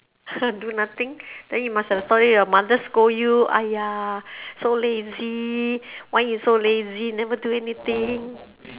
do nothing then you must have story your mother scold you !aiya! so lazy why you so lazy never do anything